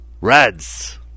Reds